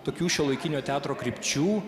tokių šiuolaikinio teatro krypčių